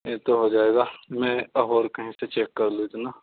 یہ تو ہو جائے گا میں اور کہیں سے چیک کر لیتے نا